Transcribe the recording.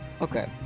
Okay